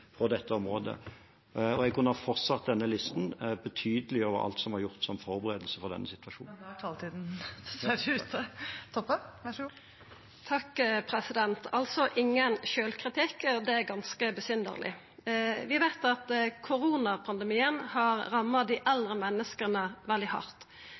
dette området. Jeg kunne ha forlenget denne listen betydelig over alt som var gjort som forberedelse på denne situasjonen. Kjersti Toppe – til oppfølgingsspørsmål. Ingen sjølvkritikk, altså – det er ganske besynderleg. Vi veit at koronapandemien har ramma